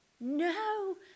no